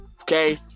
okay